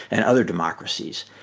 and other democracies.